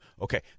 Okay